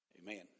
Amen